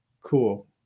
cool